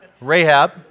Rahab